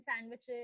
sandwiches